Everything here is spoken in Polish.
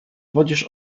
wodzisz